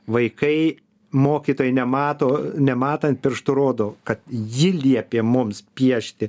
vaikai mokytojai nemato nematant pirštu rodo kad ji liepė mums piešti